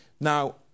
Now